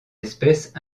espèces